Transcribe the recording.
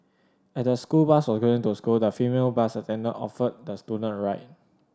as the school bus was going to the school the female bus attendant offered the student a ride